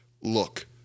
Look